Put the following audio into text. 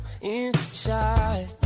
inside